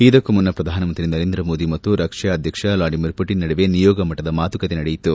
ಇದಕ್ಕೂ ಮುನ್ನ ಪ್ರಧಾನಮಂತ್ರಿ ನರೇಂದ್ರ ಮೋದಿ ಮತ್ತು ರಷ್ಮಾ ಅಧ್ಯಕ್ಷ ವ್ಲಾದಿಮೀರ್ ಪುಟಿನ್ ನಡುವೆ ನಿಯೋಗ ಮಟ್ಟದ ಮಾತುಕತೆ ನಡೆಯಿತು